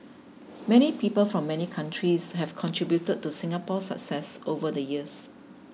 many people from many countries have contributed to Singapore's success over the years